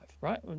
right